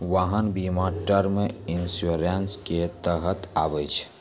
वाहन बीमा term insurance के तहत आबै छै